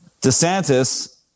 DeSantis